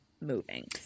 moving